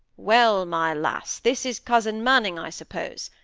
well, my lass, this is cousin manning, i suppose.